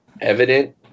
evident